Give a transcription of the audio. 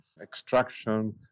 extraction